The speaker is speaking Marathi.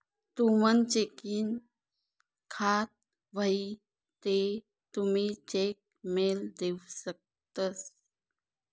तुमनं चेकिंग खातं व्हयी ते तुमी चेक मेल देऊ शकतंस